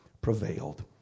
prevailed